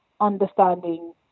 understanding